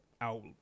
out